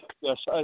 Yes